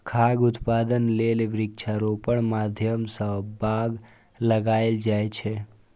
खाद्य उत्पादन लेल वृक्षारोपणक माध्यम सं बाग लगाएल जाए छै